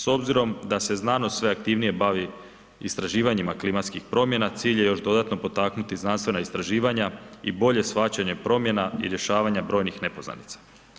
S obzirom da se znanost sve aktivnije bavi istraživanjima klimatskih promjena, cilj je još dodatno potaknuti znanstvena istraživanja i bolje shvaćanje promjena, i rješavanja brojnih nepoznanica.